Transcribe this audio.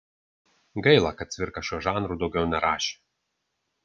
gaila kad cvirka šiuo žanru daugiau nerašė